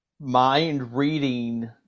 mind-reading